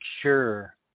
sure